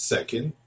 Second